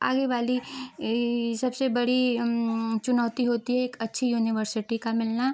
आगे वाली यह सबसे बड़ी चुनौती होती है एक अच्छी यूनिवर्सिटी का मिलना